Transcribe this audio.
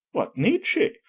what need she,